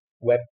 web